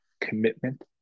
commitment